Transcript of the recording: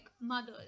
mothers